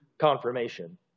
Confirmation